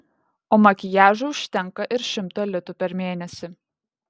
o makiažui užtenka ir šimto litų per mėnesį